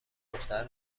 دختر